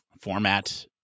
format